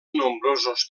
nombrosos